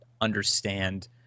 understand